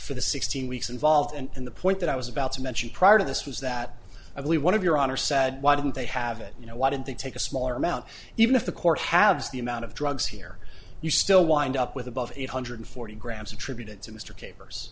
for the sixteen weeks involved and the point that i was about to mention prior to this was that i believe one of your honor said why didn't they have it you know why did they take a smaller amount even if the court halves the amount of drugs here you still wind up with above eight hundred forty grams attributed to mr capers